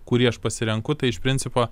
kurį aš pasirenku tai iš principo